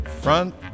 front